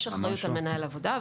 יש אחריות על מנהל עבודה,